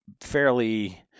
fairly